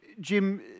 Jim